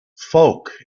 folk